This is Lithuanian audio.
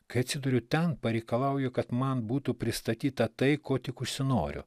kai atsiduriu ten pareikalauju kad man būtų pristatyta tai ko tik užsinoriu